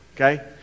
okay